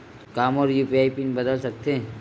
का मोर UPI PIN बदल सकथे?